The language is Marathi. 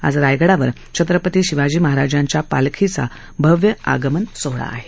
आज रायगडावर छत्रपती शिवाजी महाराजांच्या पालखीचा भव्य आगमन सोहळा आहे